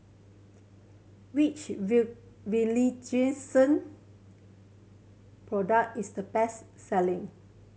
which product is the best selling